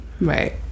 Right